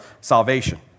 salvation